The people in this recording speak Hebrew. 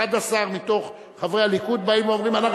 11 מחברי הליכוד באים ואומרים: אנחנו